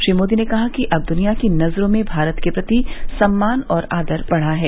श्री मोदी ने कहा कि अब दुनिया की नजरो में भारत के प्रति सम्मान और आदर बढ़ा है